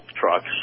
trucks